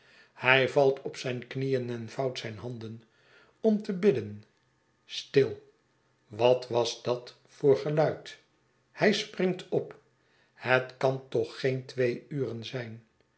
hij valt op zijn knieen en vouwt zijn handen om te bidden stil wat was dat voor geluid hij springt op het kan toch nog geen twee uren zijn